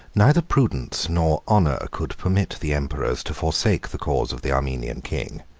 neither prudence nor honor could permit the emperors to forsake the cause of the armenian king,